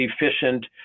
efficient